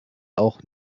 auch